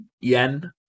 yen